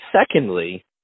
secondly